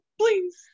please